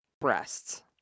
breasts